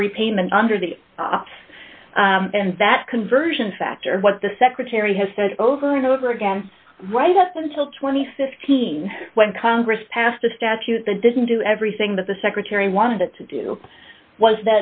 every payment under the law and that conversion factor what the secretary has said over and over again right up until two thousand and fifteen when congress passed a statute the didn't do everything that the secretary wanted it to do was